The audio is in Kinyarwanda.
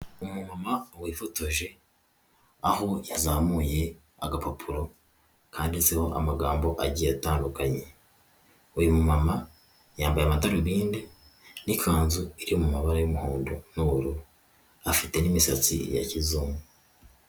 Umuma wifotoje aho yazamuye agapapuro kandiditseho amagambo agiye atandukanye, uyu mumama yambaye amadarubindi n'ikanzu iri mu mabara y'umuhondo n'ubururu afite n'imisatsi ya kizungu.